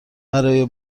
برای